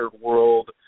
world